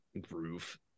groove